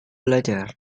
belajar